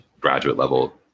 graduate-level